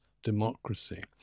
democracy